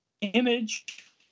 image